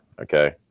okay